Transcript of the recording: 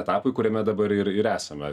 etapui kuriame dabar ir ir esame